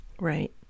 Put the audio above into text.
right